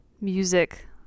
music